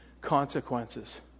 consequences